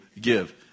give